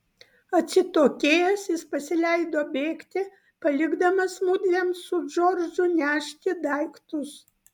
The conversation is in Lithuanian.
atsitokėjęs jis pasileido bėgti palikdamas mudviem su džordžu nešti daiktus